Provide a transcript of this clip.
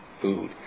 food